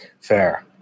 Fair